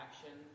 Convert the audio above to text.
action